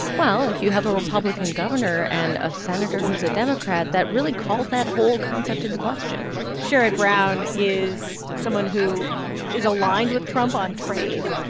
well, if you have a republican governor and a senator who's a democrat, that really calls that whole concept into question sherrod brown is someone who is aligned with trump on trade.